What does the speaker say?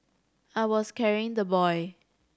I was carrying the boy